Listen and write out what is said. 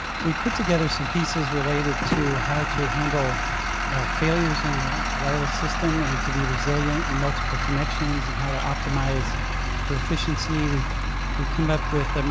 we have put together some pieces related to how to handle failures in the wireless system and to be resilient in multiple connections and how to optimize for efficiency. we've we've come up with,